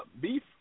beef